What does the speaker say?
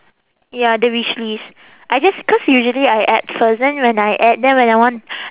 ya the wishlist I just cause usually I add first then when I add then when I want